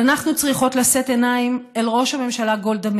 אבל אנחנו צריכות לשאת עיניים אל ראש הממשלה גולדה